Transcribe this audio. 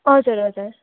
हजुर हजुर